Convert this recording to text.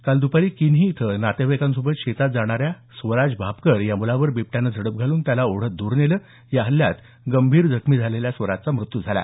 काल दुपारी किन्ही इथं नातेवाईकांसोबत शेतात जाणाऱ्या स्वराज भापकर या मुलावर बिबट्याने झडप घालून त्याला ओढत दूर नेलं या हल्ल्यात गंभीर जखमी झालेल्या स्वराजचा मृत्यू झाला